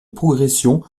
progression